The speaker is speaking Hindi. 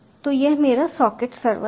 तो यह मेरा सॉकेट सर्वर है